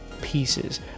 pieces